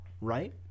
right